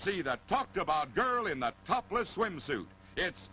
see that talked about girl in the topless swimsuit it's